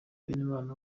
benimana